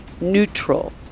neutral